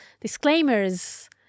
disclaimers